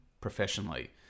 professionally